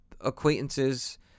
acquaintances